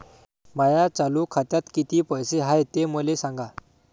माया चालू खात्यात किती पैसे हाय ते मले सांगा